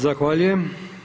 Zahvaljujem.